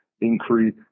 increase